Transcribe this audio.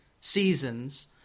seasons